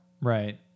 Right